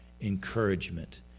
encouragement